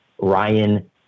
ryan